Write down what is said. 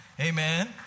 Amen